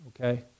Okay